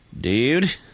dude